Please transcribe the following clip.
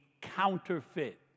counterfeit